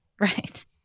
Right